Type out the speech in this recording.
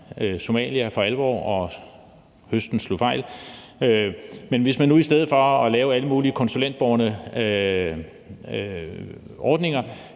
Somalia for alvor, og høsten slog fejl. Men hvis man nu i stedet for at lave alle mulige konsulentbårne ordninger